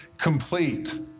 complete